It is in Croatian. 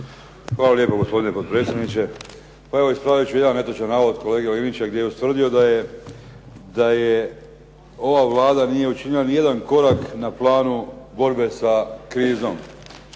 Hvala lijepo gospodine potpredsjedniče. Pa evo, ispravit ću jedan netočan navod kolege Linića gdje je ustvrdio da je ova Vlada nije učinila ni jedan korak na planu borbe sa krizom